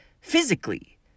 physically